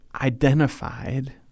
identified